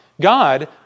God